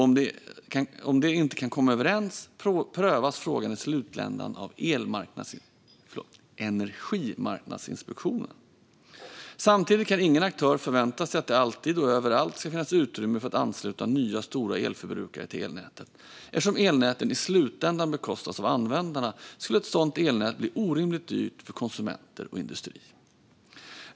Om de inte kan komma överens prövas frågan i slutändan av Energimarknadsinspektionen. Samtidigt kan ingen aktör förvänta sig att det alltid och överallt ska finnas utrymme för att ansluta nya stora elförbrukare till elnätet. Eftersom elnäten i slutänden bekostas av användarna skulle ett sådant elnät bli orimligt dyrt för konsumenter och industri.